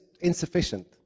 insufficient